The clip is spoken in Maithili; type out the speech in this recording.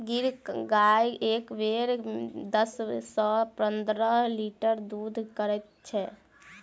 गिर गाय एक बेर मे दस सॅ पंद्रह लीटर दूध करैत छै